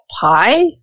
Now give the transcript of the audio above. pie